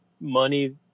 money